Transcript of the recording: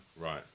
Right